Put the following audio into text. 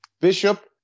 Bishop